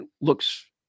looks